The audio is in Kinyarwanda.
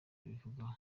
bubivugaho